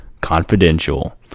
Confidential